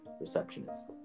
receptionist